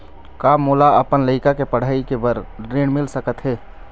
का मोला अपन लइका के पढ़ई के बर ऋण मिल सकत हे?